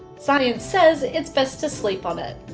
science says it's best to sleep on it.